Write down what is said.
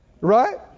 Right